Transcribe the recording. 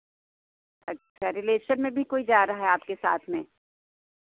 अच्छा रिलेशन में भी कोई जा रहा है आपके साथ में